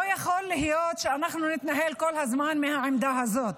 לא יכול להיות שאנחנו נתנהל כל הזמן מהעמדה הזאת.